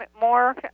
more